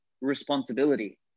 responsibility